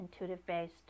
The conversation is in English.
intuitive-based